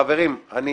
חברים, אני